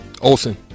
Olson